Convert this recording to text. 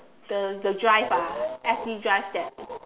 the the drive ah S_D drive that